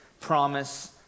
promise